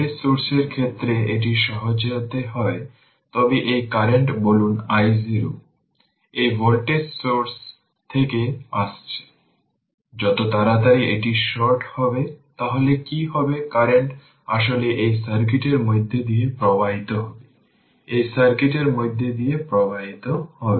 এছাড়াও ক্যাপাসিটরে stored initial energy গণনা করুন তাই এই সার্কিটে সুইচটি দীর্ঘ সময়ের জন্য ক্লোজ ছিল